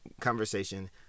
conversation